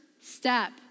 step